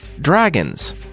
Dragons